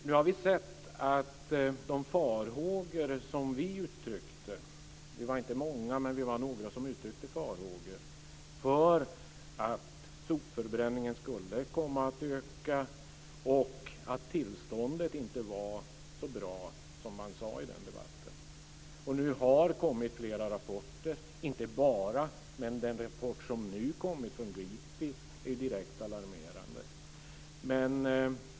Nu har vi sett att de farhågor som vi - vi var inte många, men det var några stycken - uttryckte för att sopförbränningen skulle komma att öka och för att tillståndet inte var så bra som det sades i debatten. Nu har det kommit flera rapporter, och den rapport som nu kommit från Greenpeace är direkt alarmerande.